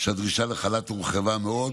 שהדרישה לחל"ת הורחבה מאוד